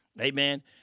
Amen